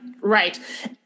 Right